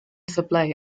supply